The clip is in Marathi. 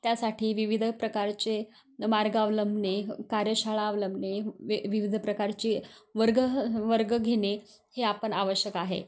त्यासाठी विविध प्रकारचे मार्ग अवलंबणे कार्यशाळा अवलंबणे व विविध प्रकारचे वर्ग वर्ग घेणे हे आपण आवश्यक आहे